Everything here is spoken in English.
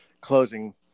closing